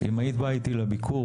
היית באה איתי לביקור